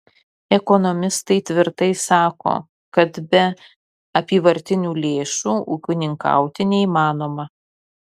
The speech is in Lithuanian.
ekonomistai tvirtai sako kad be apyvartinių lėšų ūkininkauti neįmanoma